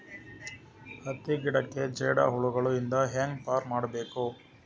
ಹತ್ತಿ ಗಿಡಕ್ಕೆ ಜೇಡ ಹುಳಗಳು ಇಂದ ಹ್ಯಾಂಗ್ ಪಾರ್ ಮಾಡಬೇಕು?